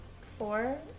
four